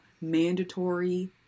mandatory